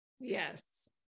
Yes